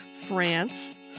France